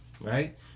right